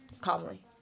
Calmly